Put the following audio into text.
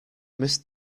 missed